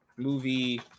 movie